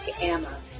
Emma